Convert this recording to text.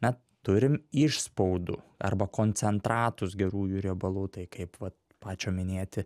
na turim išspaudų arba koncentratus gerųjų riebalų tai kaip vat pačio minėti